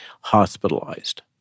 hospitalized